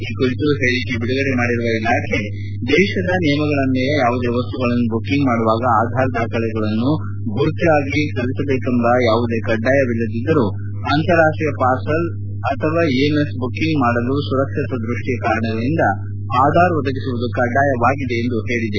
ಈ ಕುರಿತು ಹೇಳಿಕೆ ಬಿಡುಗಡೆ ಮಾಡಿರುವ ಇಲಾಖೆ ದೇಶದ ನಿಯಮಗಳನ್ವಯ ಯಾವುದೇ ವಸ್ತುಗಳನ್ನು ಬುಕ್ಕಿಂಗ್ ಮಾಡುವಾಗ ಆಧಾರ್ ದಾಖಲೆಯನ್ನು ಗುರುತಾಗಿ ಸಲ್ಲಿಸಬೇಕೆಂಬ ಯಾವುದೇ ನಿಯಮ ಕಡ್ಡಾಯವಿಲ್ಲದಿದ್ದರೂ ಅಂತಾರಾಷ್ಷೀಯ ಪಾರ್ಸಲ್ ಅಥವಾ ಅಂತಾರಾಷ್ಷೀಯ ಇಎಂಎಸ್ ಬುಕ್ಕಿಂಗ್ ಮಾಡಲು ಸುರಕ್ಷತಾ ದೃಷ್ಷಿಯ ಕಾರಣಗಳಿಂದ ಆಧಾರ್ ಒದಗಿಸುವುದು ಕಡ್ಡಾಯವಾಗಿದೆ ಎಂದು ಹೇಳಿದೆ